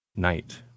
night